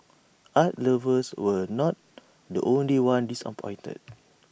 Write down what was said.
art lovers were not the only ones disappointed